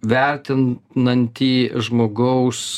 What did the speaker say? vertinantį žmogaus